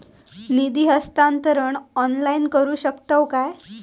निधी हस्तांतरण ऑनलाइन करू शकतव काय?